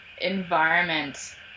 environment